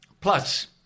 Plus